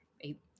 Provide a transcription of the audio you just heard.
eight